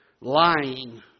lying